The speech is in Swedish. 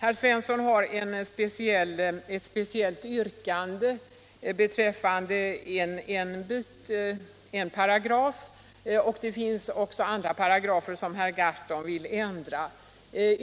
Herr Svensson har ett speciellt yrkande beträffande en paragraf och herr Gahrton vill ändra några andra paragrafer.